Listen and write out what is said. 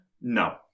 No